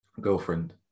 girlfriend